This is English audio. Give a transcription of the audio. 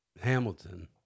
Hamilton